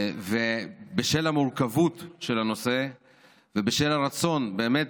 ובשל המורכבות של הנושא ובשל הרצון באמת